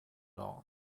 all